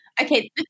Okay